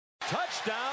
Touchdown